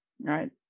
Right